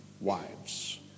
wives